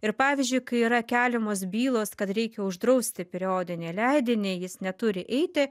ir pavyzdžiui kai yra keliamos bylos kad reikia uždrausti periodinį leidinį jis neturi eiti